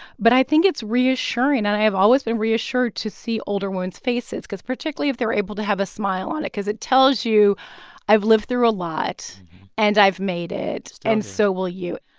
but i think it's reassuring, and i have always been reassured to see older women's faces, particularly if they're able to have a smile on it, cause it tells you i've lived through a lot and i've made it and so will you.